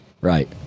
right